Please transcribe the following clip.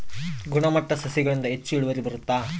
ಗುಣಮಟ್ಟ ಸಸಿಗಳಿಂದ ಹೆಚ್ಚು ಇಳುವರಿ ಬರುತ್ತಾ?